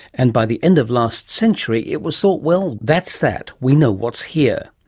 and by the end of last century it was thought, well, that's that, we know what's here.